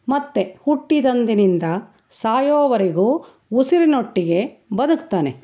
ಮತ್ತು ಹುಟ್ಟಿದಂದಿನಿಂದ ಸಾಯೋವರೆಗೂ ಉಸಿರಿನೊಟ್ಟಿಗೆ ಬದುಕ್ತಾನೆ